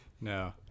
No